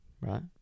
Right